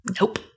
Nope